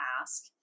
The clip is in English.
ask